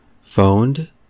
Phoned